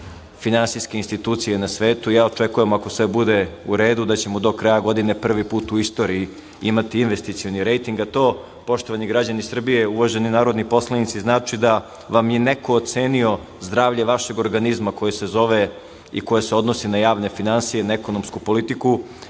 finansijske institucije nas svetu. Ja očekujem, ako sve bude u redu da ćemo do kraja godine prvi put u istoriji imati investicioni rejting, a to poštovani građani Srbije, uvaženi narodni poslanici, znači da vam je neko ocenio zdravlje vašeg organizma koji se zove i koje se odnosi na javne finansije, na ekonomsku politiku